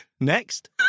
Next